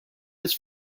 this